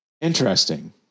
Interesting